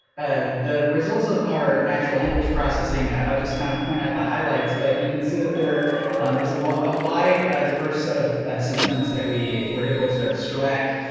and the results of our natural language processing i'll just kind of point out the highlights, but you can see that there is a wa, a wide a diverse set of symptoms that we were able to extract,